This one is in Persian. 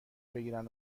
بگیرن